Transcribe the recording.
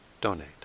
donate